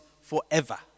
forever